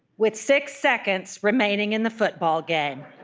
with six seconds remaining in the football game,